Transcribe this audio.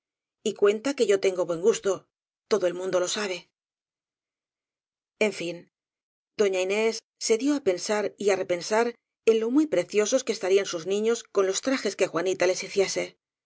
estupefacto y cuenta que yo tengo buen gusto todo el mun do lo sabe en fin doña inés se dió á pensar y á repensar en lo muy preciosos que estarían sus niños con los trajes que juanita les